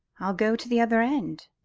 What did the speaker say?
i'll go to the other end.